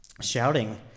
shouting